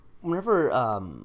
whenever –